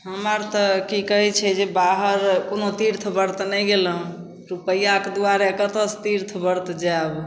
हम आर तऽ कि कहै छै जे बाहर कोनो तीर्थ वर्त नहि गेलहुँ रुपैआके दुआरे कतऽसँ तीर्थ वर्त जाएब